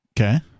Okay